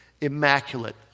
Immaculate